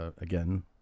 again